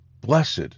blessed